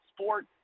sport